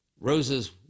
roses